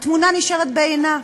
והתמונה נשארת בעינה.